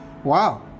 Wow